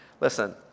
listen